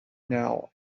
now